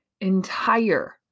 entire